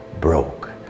broke